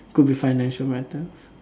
could be financial matters